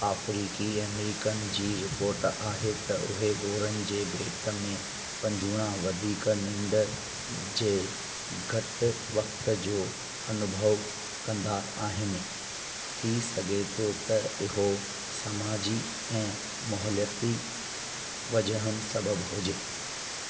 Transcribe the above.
अफ्रीकी अमेरीकनि जी रिपोर्ट आहे त उहे गोरनि जे भेट में पंजूणा वधीक निंड जे घटि वक़्ति जो अनुभउ कंदा आहिनि थी सघे थो त इहो समाजी ऐं महौलियती वजहुनि सबबु हुजे